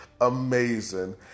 amazing